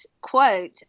quote